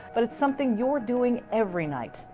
but it's something you're doing every night.